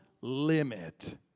limit